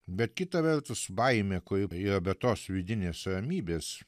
bet kita vertus baimė kuri beje be tos vidinės ramybės